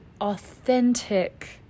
authentic